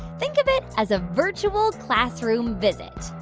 think of it as a virtual classroom visit.